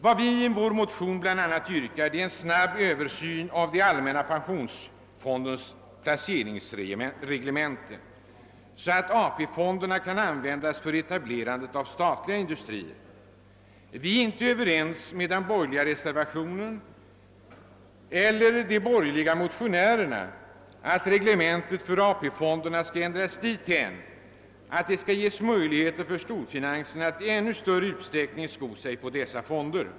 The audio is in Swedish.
Vad vi i vår motion yrkar är bl.a. en snabb översyn av allmänna pensionsfondens placeringsreglemente, så att AP fonderna kan användas för etablerandet av statliga industrier. Vi är inte överens med de borgerliga reservanterna eller de borgerliga motionärerna om att reglementet för AP-fonderna skall ändras dithän, att det skall ges möjligheter för storfinansen att i ännu större utsträckning sko sig på dessa fonder.